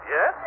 Yes